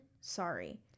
Sorry